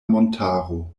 montaro